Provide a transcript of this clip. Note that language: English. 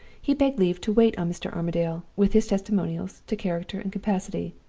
he begged leave to wait on mr. armadale, with his testimonials to character and capacity.